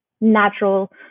natural